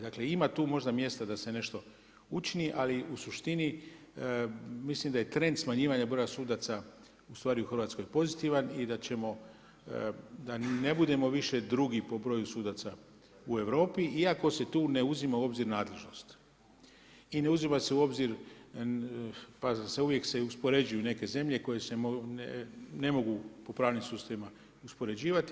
Dakle, ima tu možda mjesta da se nešto učini, ali u suštini mislim da je trend smanjivanja broja sudaca u stvari u Hrvatskoj pozitivan i da ćemo, da ne budemo više drugi po broju sudaca u Europi iako se tu ne uzima u obzir nadležnost i ne uzima se u obzir, pazi se, uvijek se uspoređuju neke zemlje koje se ne mogu po pravnim sustavima uspoređivati.